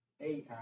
AI